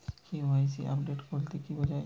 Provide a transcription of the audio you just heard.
KYC update বলতে কি বোঝায়?